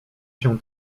się